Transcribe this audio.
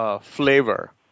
flavor